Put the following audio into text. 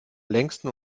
längsten